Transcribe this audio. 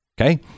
Okay